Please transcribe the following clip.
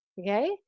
Okay